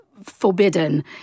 forbidden